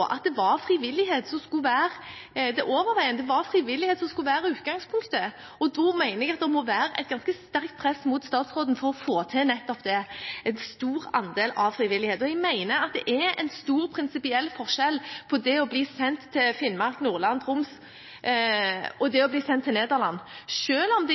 at det skulle være overveiende frivillighet, at frivillighet skulle være utgangspunktet. Da mener jeg det må være et ganske sterkt press mot statsråden for å få til nettopp det – en stor andel av frivillighet. Jeg mener det er en stor prinsipiell forskjell mellom det å bli sendt til Finnmark, Nordland eller Troms og det å bli sendt til Nederland, selv om